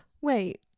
wait